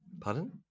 Pardon